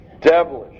Devilish